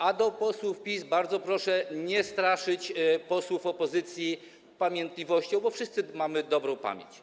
A do posłów PiS: bardzo proszę nie straszyć posłów opozycji pamiętliwością, bo wszyscy mamy dobrą pamięć.